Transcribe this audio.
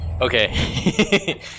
Okay